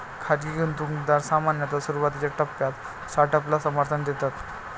खाजगी गुंतवणूकदार सामान्यतः सुरुवातीच्या टप्प्यात स्टार्टअपला समर्थन देतात